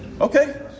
Okay